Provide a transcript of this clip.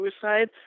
suicide